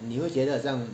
你会觉得很像